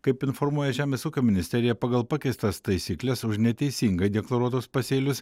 kaip informuoja žemės ūkio ministerija pagal pakeistas taisykles už neteisingai deklaruotus pasėlius